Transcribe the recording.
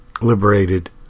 liberated